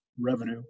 revenue